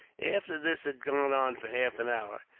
after this had gone on for half an hour,